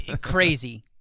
Crazy